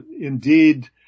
indeed